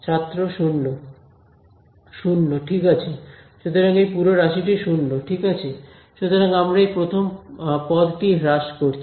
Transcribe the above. ছাত্র 0 0 ঠিক আছে সুতরাং এই পুরো রাশিটি 0 ঠিক আছে সুতরাং আমরা এই প্রথম পদটি হ্রাস করেছি